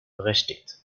berechtigt